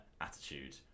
attitude